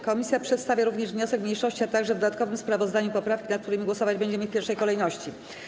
Komisja przedstawia również wniosek mniejszości, a także, w dodatkowym sprawozdaniu, poprawki, nad którymi głosować będziemy w pierwszej kolejności.